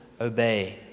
obey